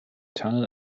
tunnel